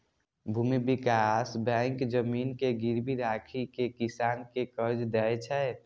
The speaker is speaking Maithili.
भूमि विकास बैंक जमीन के गिरवी राखि कें किसान कें कर्ज दै छै